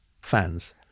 Fans